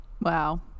Wow